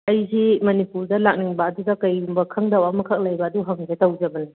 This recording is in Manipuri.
ꯑꯩꯁꯤ ꯃꯅꯤꯄꯨꯔꯗ ꯂꯥꯛꯅꯤꯡꯕ ꯑꯗꯨꯗ ꯀꯔꯤꯒꯨꯝꯕ ꯈꯪꯗꯕ ꯑꯃꯈꯛ ꯂꯩꯕ ꯑꯗꯨ ꯍꯪꯒꯦ ꯇꯧꯖꯕꯅꯤ